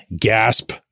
gasp